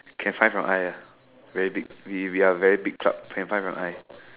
can find from eye ah very big we we are very big club can find from eye